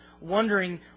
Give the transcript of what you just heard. Wondering